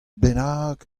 bennak